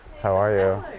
how are you?